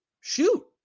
shoot